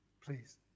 Please